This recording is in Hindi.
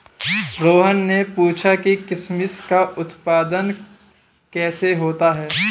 रोहन ने पूछा कि किशमिश का उत्पादन कैसे होता है?